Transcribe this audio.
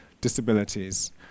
disabilities